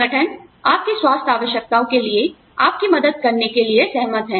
संगठनआप जानते हैं आपकी स्वास्थ्य आवश्यकताओं के लिए आपकी मदद करने के लिए सहमत हैं